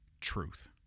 truth